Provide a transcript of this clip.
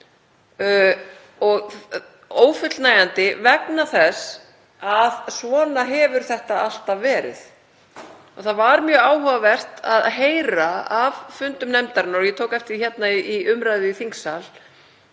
Og ófullnægjandi vegna þess að svona hefur þetta alltaf verið. Það var mjög áhugavert að heyra af fundum nefndarinnar, og ég tók eftir því í umræðu í þingsal,